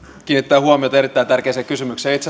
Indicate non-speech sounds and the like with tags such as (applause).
kiinnittää huomiota erittäin tärkeään kysymykseen itse (unintelligible)